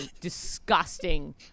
disgusting